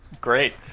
great